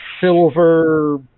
silver